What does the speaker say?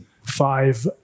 five